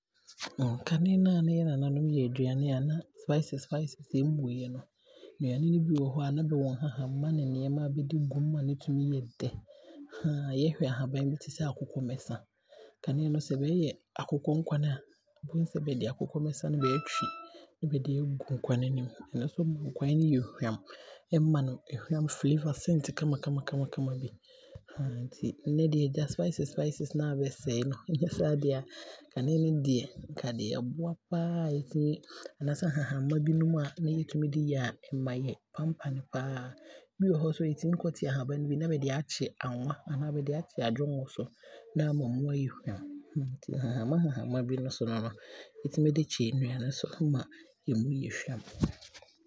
Kane no a na yɛ nananom yɛ aduane a na bɛmfa spieces ɛmmuiɛ no, nnuane no bi wɔ a na bɛwɔ nhahamma nhahamma a bɛde gu mu ma no tumi dɛ, yɛhwɛ nhahamma bi te sɛ akokɔ mɛsa. Kane no sɛ bɛɛyɛ akokɔ nkwane a na bɛde akokɔ mɛsa no na bɛatwi na bɛde agu nkwane no mu, ɛno nso ma nkwane no yɛ hwam, ɛma no ɛhwam flavour scent kamakama bi. Nnɛ deɛ agya spieces spieces na aabɛsɛe no nnyɛ saa dea, kane no deɛ nka deɛ ɛboa paa a ɛtumi anaasɛ hamma binom a na yɛtumi de yɛ a na ɛma yɛn panpane paa. Bi wɔ hɔ a yɛtumi kɔ te ahabane bi na yɛde aakye anwa anaa bɛde aakye adwongo soma aama mu ayɛ hwam, nti nhahamma nhahamma bi no nso no no, yɛtumi nso de kye nnuane so ma ɛmu yɛ hwam.